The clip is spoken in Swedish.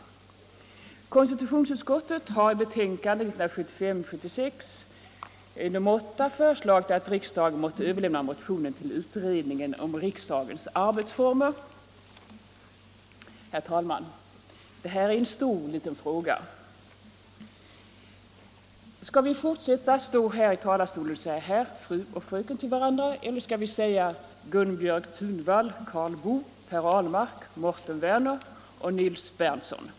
22 oktober 1975 Konstitutionsutskottet har i betänkande 1975/76:8 föreslagit att riks= = dagen måtte överlämna motionen till utredningen om riksdagens arbets — Slopande av titlar i former. riksdagens officiella Det här är en stor liten fråga, herr talman! Skall vi fortsätta att stå — språk här i talarstolen och säga herr, fru och fröken till varandra, eller skall vi säga Gunbjörg Thunvall, Karl Boo, Per Ahlmark, Mårten Werner och Nils Berndtson?